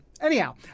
anyhow